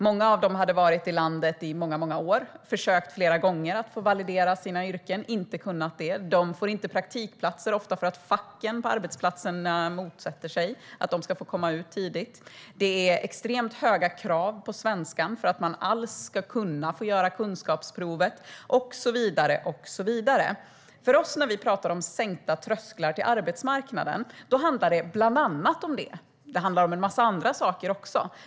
Många av dem hade varit i landet i många år och flera gånger försökt få sina yrken validerade men inte kunnat det. Ofta får de inte praktikplatser på grund av att facken på arbetsplatserna motsätter sig att de ska få komma ut tidigt. Det är extremt höga krav på svenskan för att man alls ska få göra kunskapsprovet och så vidare. När vi talar om sänkta trösklar till arbetsmarknaden handlar det bland annat om det. Det handlar om en massa andra saker också.